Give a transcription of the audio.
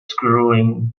screwing